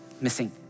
missing